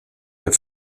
der